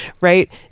right